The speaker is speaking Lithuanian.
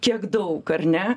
kiek daug ar ne